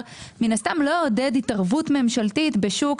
מן הסתם לא אעודד התערבות ממשלתית בשוק,